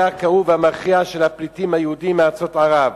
הכאוב והמכריע של הפליטים היהודים מארצות ערב.